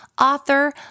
author